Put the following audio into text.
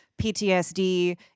PTSD